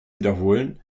wiederholen